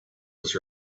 was